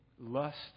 lust